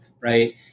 right